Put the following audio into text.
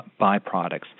byproducts